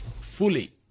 fully